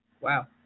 Wow